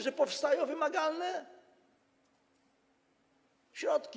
że powstają wymagalne środki.